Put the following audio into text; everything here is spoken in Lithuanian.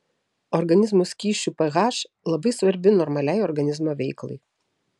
organizmo skysčių ph labai svarbi normaliai organizmo veiklai